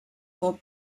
for